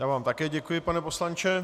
Já vám také děkuji, pane poslanče.